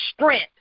strength